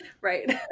Right